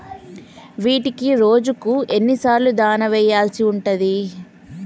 వీటికి రోజుకు ఎన్ని సార్లు దాణా వెయ్యాల్సి ఉంటది?